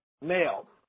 mail